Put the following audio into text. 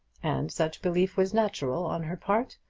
and such belief was natural on her part.